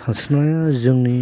सानस्रिनाया जोंनि